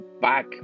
back